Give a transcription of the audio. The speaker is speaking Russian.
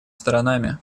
сторонами